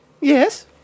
Yes